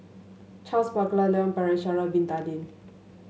Charles Paglar Leon Perera Sha'ari Bin Tadin